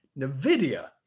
nvidia